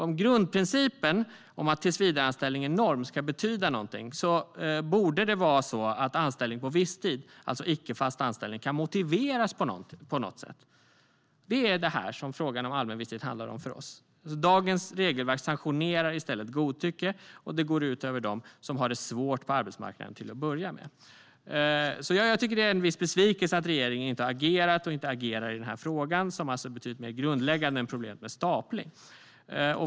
Om grundprincipen att tillsvidareanställningar är norm ska betyda någonting borde det vara så att anställning på visstid, alltså icke fast anställning, ska kunna motiveras på något sätt. Det är det här frågan om allmän visstid handlar om för oss. Dagens regelverk sanktionerar i stället godtycke och går ut över dem som har det svårt på arbetsmarknaden till att börja med. Jag känner en viss besvikelse över att regeringen inte agerat och inte agerar i den här frågan, som är betydligt mer grundläggande än problemet med stapling.